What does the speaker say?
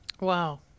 Wow